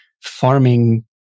farming